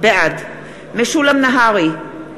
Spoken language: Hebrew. בעד משולם נהרי,